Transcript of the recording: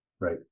Right